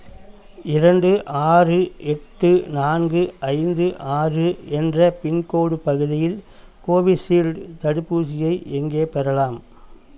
இரண்டு ஆறு எட்டு நான்கு ஐந்து ஆறு என்ற பின்கோடு பகுதியில் கோவிஷீல்டு தடுப்பூசியை எங்கே பெறலாம்